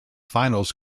finals